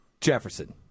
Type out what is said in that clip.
Jefferson